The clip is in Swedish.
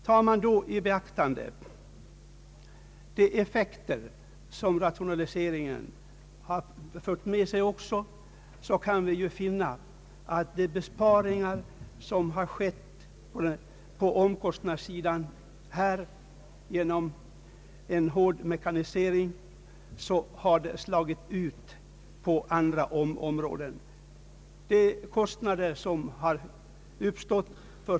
Tar man då i beaktande de effekter som rationaliseringen har fört med sig, kan man ju finna att de besparingar som har gjorts på omkostnadssidan genom en hård mekanisering i stället medfört kostnader på andra områden.